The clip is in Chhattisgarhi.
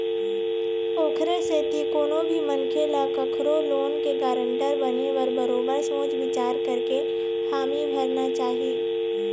ओखरे सेती कोनो भी मनखे ल कखरो लोन के गारंटर बने बर बरोबर सोच बिचार करके हामी भरना चाही